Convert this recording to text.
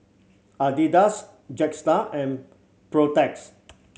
Adidas Jetstar and Protex